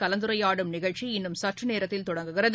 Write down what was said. கலந்துரையாடும் நிகழ்ச்சி இன்னும் சற்றுநேரத்தில் தொடங்குகிறது